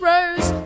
Rose